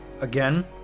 again